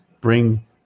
bring